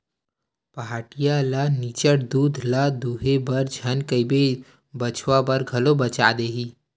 पहाटिया ल निच्चट दूद ल दूहे बर झन कहिबे बछवा बर घलो बचा देही